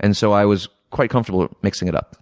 and so i was quite comfortable mixing it up